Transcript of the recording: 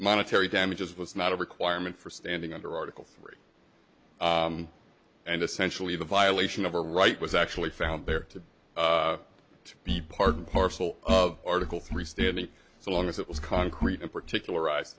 monetary damages was not a requirement for standing under article three and essentially the violation of a right was actually found there to to be part and parcel of article three statement so long as it was concrete and particular